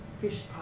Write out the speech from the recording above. fish